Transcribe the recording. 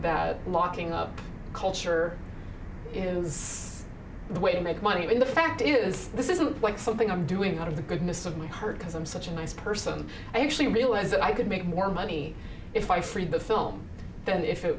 that locking up culture is the way to make money when the fact is this isn't quite something i'm doing out of the goodness of my heart because i'm such a nice person i actually realize that i could make more money if i free but film then if it